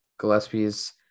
Gillespie's